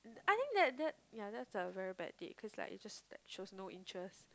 I think that that ya that's a very bad date cause like it just like shows no interest